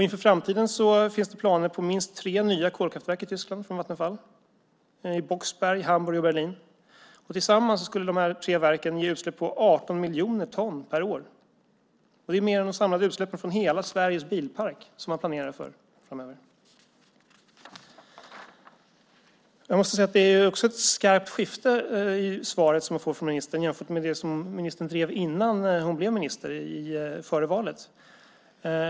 Inför framtiden finns det planer från Vattenfall på minst tre nya kolkraftverk i Tyskland, i Boxberg, Hamburg och Berlin. Tillsammans skulle dessa tre verk ge utsläpp på 18 miljoner ton per år. Det är mer än de samlade utsläppen från hela Sveriges bilpark som man planerar för framöver. Jag måste säga att det är ett skarpt skifte i svaret som jag får från ministern jämfört med det som ministern drev innan hon blev minister, alltså före valet.